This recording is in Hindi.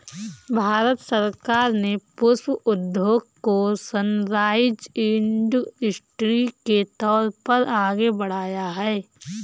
भारत सरकार ने पुष्प उद्योग को सनराइज इंडस्ट्री के तौर पर आगे बढ़ाया है